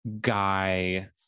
guy